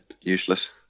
useless